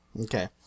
Okay